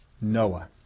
Noah